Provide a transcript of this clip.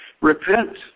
Repent